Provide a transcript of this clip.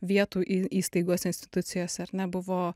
vietų į įstaigose institucijose ar ne buvo